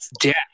death